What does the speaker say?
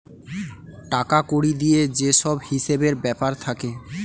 টাকা কড়ি দিয়ে যে সব হিসেবের ব্যাপার থাকে